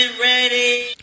ready